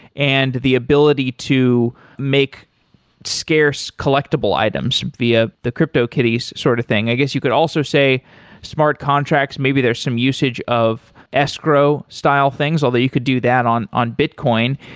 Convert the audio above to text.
and the ability to make scarce collectible items via the cryptokitties sort of thing i guess, you could also say smart contracts, maybe there's some usage of escrow style things, although you could do that on on bitcoin.